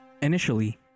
Initially